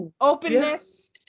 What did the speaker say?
openness